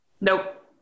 Nope